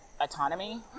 autonomy